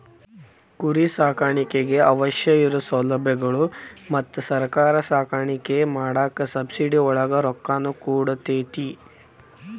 ಕುರಿ ಸಾಕಾಣಿಕೆಗೆ ಅವಶ್ಯ ಇರು ಸೌಲಬ್ಯಗಳು ಮತ್ತ ಸರ್ಕಾರಾ ಸಾಕಾಣಿಕೆ ಮಾಡಾಕ ಸಬ್ಸಿಡಿ ಒಳಗ ರೊಕ್ಕಾನು ಕೊಡತತಿ